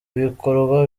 bikorwa